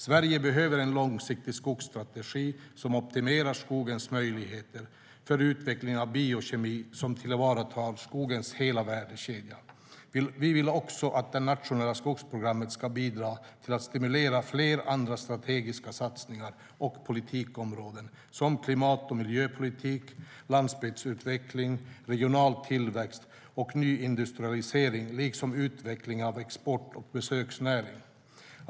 Sverige behöver en långsiktig skogsstrategi som optimerar skogens möjligheter för utvecklingen av en bioekonomi som tillvaratar skogens hela värdekedja. Vi vill också att det nationella skogsprogrammet ska bidra till att stimulera flera andra strategiska satsningar och politikområden som klimat och miljöpolitik, landsbygdsutveckling, regional tillväxt och nyindustrialisering liksom utveckling av export och besöksnäring.